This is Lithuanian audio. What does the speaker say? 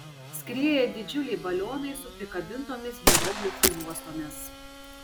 skrieja didžiuliai balionai su prikabintomis hieroglifų juostomis